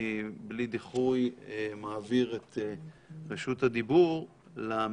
אני, בלי דיחוי, מעביר את רשות הדיבור למציעים,